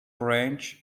branch